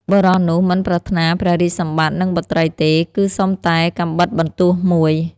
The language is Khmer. បុរសនោះមិនប្រាថ្នាព្រះរាជសម្បត្តិ និងបុត្រីទេ គឺសុំតែកាំបិតបន្ទោះមួយ។